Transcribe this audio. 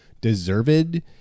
deserved